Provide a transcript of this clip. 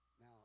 Now